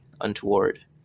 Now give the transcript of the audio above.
untoward